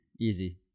Easy